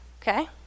Okay